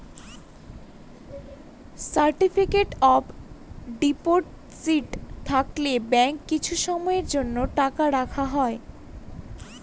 certificate of deposit থাকলে ব্যাঙ্কে কিছু সময়ের জন্য টাকা রাখা হয়